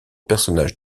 personnage